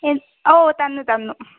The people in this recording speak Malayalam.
ഓ തന്നു തന്നു